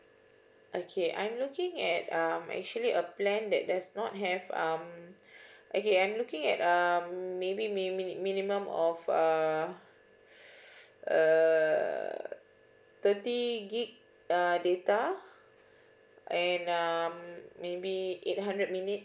okay I'm looking at um actually a plan that there's not have um okay I'm looking at um maybe mini~ minimum of uh err thirty git uh data and um maybe eight hundred minutes